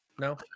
No